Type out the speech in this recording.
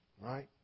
Right